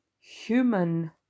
human